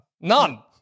None